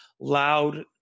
loud